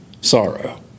sorrow